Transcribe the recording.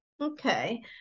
okay